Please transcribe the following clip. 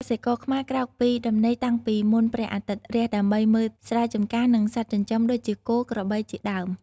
កសិករខ្មែរក្រោកពីដំណេកតាំងពីមុនព្រះអាទិត្យរះ ដើម្បីមើលស្រែចម្ការ និងសត្វចិញ្ចឹមដូចជាគោ ក្របីជាដើម។